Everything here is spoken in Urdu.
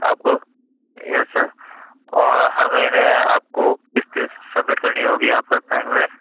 آپ کو یس سر اور ہر مہینے آپ کو قسطیں سبمٹ کرنی ہوگی یہاں پر بینک میں